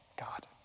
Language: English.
God